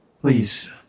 Please